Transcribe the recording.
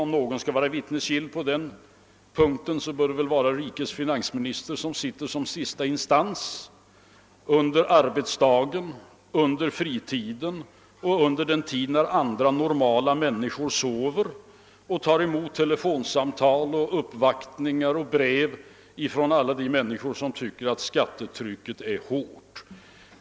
Om någon skall vara vittnesgill på den punkten bör det väl vara rikets finansminister, som sitter som sista instans under arbetsdagen, under fritiden och under den tid, när andra normala människor sover, och tar emot telefonsamtal och uppvaktningar och brev från alla de människor som tycker att skattetrycket är hårt.